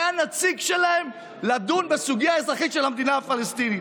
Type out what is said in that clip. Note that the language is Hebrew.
זה הנציג שלהם לדון בסוגיה אזרחית של המדינה הפלסטינית.